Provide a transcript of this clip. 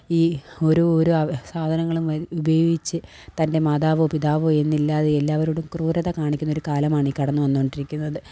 ഈ ഓരോ ഓരോ അവ സാധനങ്ങളും വാങ്ങി ഉപയോഗിച്ചു തന്റെ മാതാവോ പിതാവോ എന്നില്ലാതെ എല്ലാവരോടും ക്രൂരത കാണിക്കുന്ന ഒരു കാലമാണ് ഈ കടന്നു വന്നു കൊണ്ടിരിക്കുന്നത്